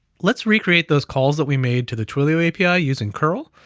let's recreate those calls that we made to the twilio api ah using curl.